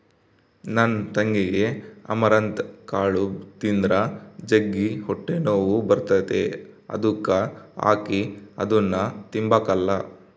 ನನ್ ತಂಗಿಗೆ ಅಮರಂತ್ ಕಾಳು ತಿಂದ್ರ ಜಗ್ಗಿ ಹೊಟ್ಟೆನೋವು ಬರ್ತತೆ ಅದುಕ ಆಕಿ ಅದುನ್ನ ತಿಂಬಕಲ್ಲ